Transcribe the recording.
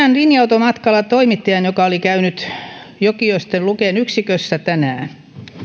tänään linja automatkalla toimittajan joka oli käynyt luken jokioisten yksikössä tänään